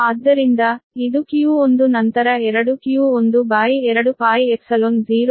ಆದ್ದರಿಂದ ಇದು q1 ನಂತರ q1 then 2q12π0ln Dr1r2 ಸರಿ